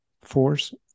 force